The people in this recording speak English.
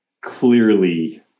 clearly